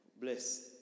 Bless